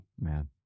Man